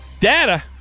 Data